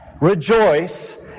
Rejoice